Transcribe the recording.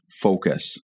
focus